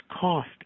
cost